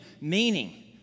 meaning